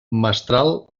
mestral